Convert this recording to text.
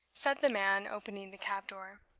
said the man, opening the cab door.